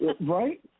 Right